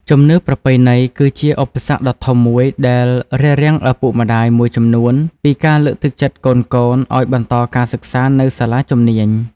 ជំនឿប្រពៃណី គឺជាឧបសគ្គដ៏ធំមួយដែលរារាំងឪពុកម្តាយមួយចំនួនពីការលើកទឹកចិត្តកូនៗឱ្យបន្តការសិក្សានៅសាលាជំនាញ។